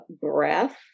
Breath